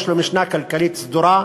יש לו משנה כלכלית סדורה,